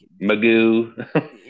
Magoo